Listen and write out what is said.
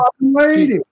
lady